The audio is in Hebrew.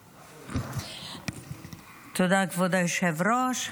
תודה, כבוד היושב-ראש.